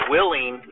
Willing